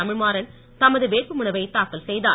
தமிழ்மாறன் தமது வேட்புமனுவை தாக்கல் செய்தார்